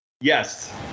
Yes